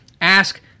Ask